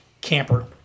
camper